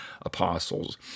apostles